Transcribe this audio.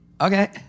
Okay